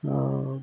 ଆ